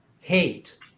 hate